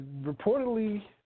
reportedly